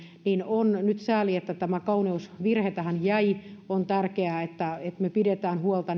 on nyt sääli että tämä kauneusvirhe tähän jäi näin pienen summan takia on tärkeää että me pidämme huolta